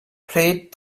plead